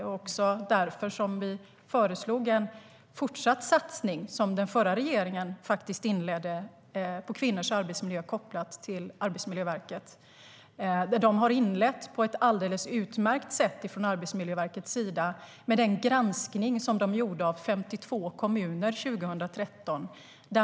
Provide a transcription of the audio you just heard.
Det var också därför vi föreslog en fortsättning på den satsning som den förra regeringen inledde på kvinnors arbetsmiljö kopplad till Arbetsmiljöverket. Verket har inlett den satsningen på ett alldeles utmärkt sätt med den granskning som man gjorde av 52 kommuner 2013.